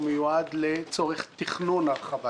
הוא מיועד לצורך תכנון הרחבת